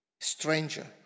stranger